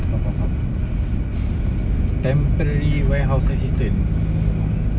faham faham faham temporary warehouse assistant oh